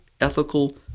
ethical